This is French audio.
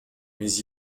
mais